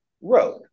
road